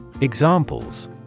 Examples